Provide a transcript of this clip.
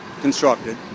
constructed